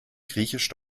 griechisch